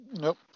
Nope